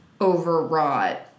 overwrought